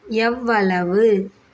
எவ்வளவு